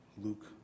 Luke